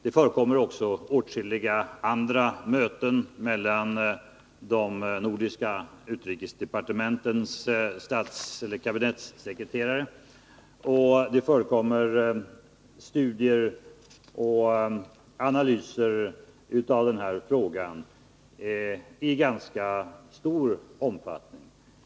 Det förekommer också åtskilliga andra möten mellan de nordiska utrikesdepartementens statseller kabinettssekreterare. Det görs studier och analyser av den här frågan i ganska stor omfattning.